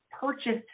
purchased